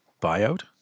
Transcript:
buyout